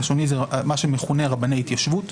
השני זה מה שמכונה "רבני התיישבות",